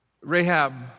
Rahab